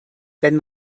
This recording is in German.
wenn